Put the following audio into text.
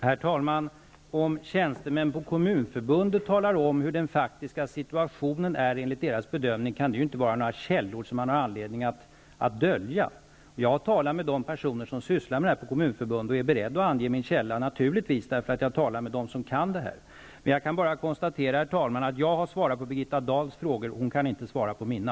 Herr talman! Om tjänstemän på Kommunförbun det talar om hur den faktiska situationen enligt de ras bedömning är, kan det ju inte vara några käl lor som man har anledning att dölja. Jag har talat med de personer på Kommunförbundet som syss lar med dessa frågor, och jag är naturligtvis be redd att ange min källa, eftersom jag har talat med personer som kan detta. Jag kan, herr talman, bara konstatera att jag har svarat på Birgitta Dahls frågor, men hon kan inte svara på mina.